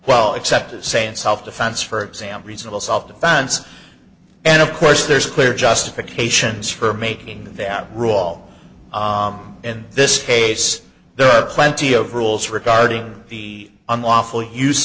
well except to say in self defense for example reasonable self defense and of course there's clear justifications for making that rule in this case there are plenty of rules regarding the unlawful use